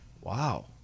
Wow